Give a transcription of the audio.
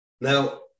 now